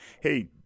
Hey